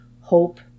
hope